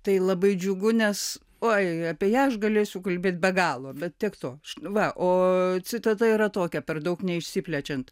tai labai džiugu nes oi apie ją aš galėsiu kalbėt be galo bet tiek to va o citata yra tokia per daug neišsiplečiant